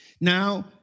Now